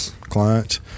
clients